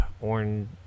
orange